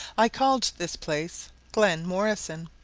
i called this place glen morrison,